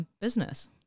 business